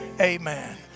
amen